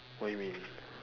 what you mean